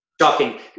Shocking